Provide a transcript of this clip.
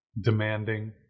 demanding